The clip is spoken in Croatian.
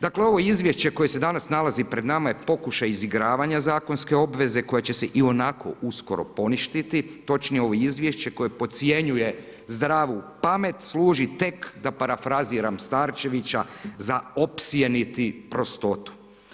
Dakle ovo izvješće koje se danas nalazi pred nama je pokušaj izigravanja zakonske obveze koja će se ionako uskoro poništiti, točnije ovo izvješće koje podcjenjuje zdravu pamet, služi tek, da parafraziram Starčevića, za opsjeniti prostotu.